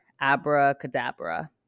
abracadabra